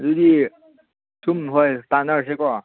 ꯑꯗꯨꯗꯤ ꯁꯨꯝ ꯍꯣꯏ ꯇꯥꯟꯅꯔꯁꯤꯀꯣ